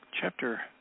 Chapter